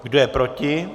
Kdo je proti?